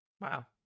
wow